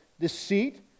deceit